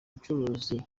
bucuruzi